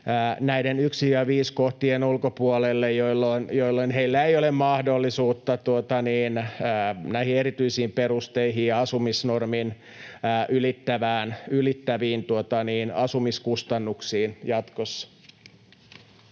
näiden 1—5 kohtien ulkopuolelle, jolloin heillä ei ole mahdollisuutta näihin erityisiin perusteihin ja asumisnormin ylittäviin asumiskustannuksiin jatkossa.